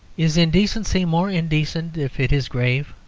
is indecency more indecent if it is grave,